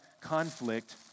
conflict